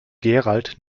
gerald